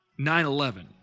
9-11